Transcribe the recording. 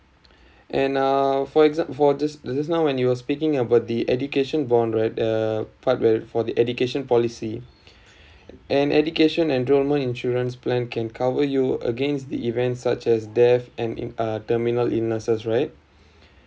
and uh for exa~ for this just now when you were speaking about the education bond right uh part where for the education policy and education enrollment insurance plan can cover you against the events such as death and in uh terminal illnesses right